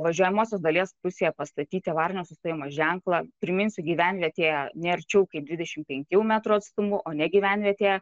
važiuojamosios dalies pusėje pastatyti avarinio sustojimo ženklą priminsiu gyvenvietėje ne arčiau kaip dvidešim penkių metrų atstumu o ne gyvenvietėje